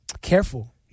careful